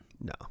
No